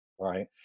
right